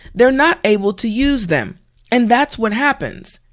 they're not able to use them and that's what happens.